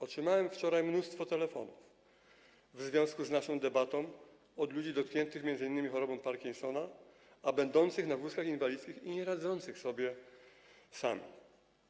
Otrzymałem wczoraj mnóstwo telefonów w związku z naszą debatą od ludzi dotkniętych m.in. chorobą Parkinsona, będących na wózkach inwalidzkich i nieradzących sobie bez pomocy.